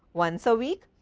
once a week,